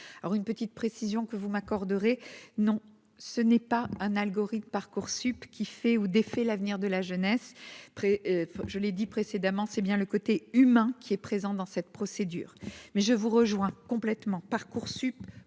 une petite précision que vous m'accorderez non ce n'est pas un algorithme Parcoursup qui fait ou défait l'avenir de la jeunesse près, je l'ai dit précédemment, c'est bien le côté humain qui est présent dans cette procédure mais je vous rejoins complètement Parcoursup,